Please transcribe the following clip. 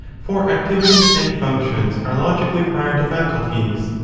for activities and functions are logically prior to faculties.